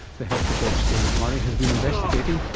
the health report's david murray has been investigating.